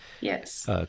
Yes